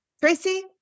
Tracy